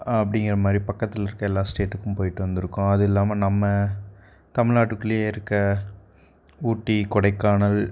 அப்படிங்கிற மாதிரி பக்கத்தில் இருக்க எல்லா ஸ்டேட்டுக்கும் போயிட்டு வந்துருக்கோம் அது இல்லாமல் நம்ம தமிழ்நாட்டுக்குள்ளேயே இருக்கற ஊட்டி கொடைக்கானல்